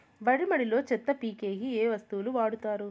వరి మడిలో చెత్త పీకేకి ఏ వస్తువులు వాడుతారు?